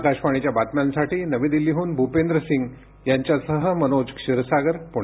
आकाशवाणीच्या बातम्यांसाठी नवी दिल्लीहून भूपेंद्र सिंग यांच्यासह मनोज क्षीरसागर पुणे